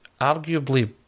arguably